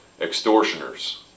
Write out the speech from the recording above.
extortioners